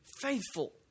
faithful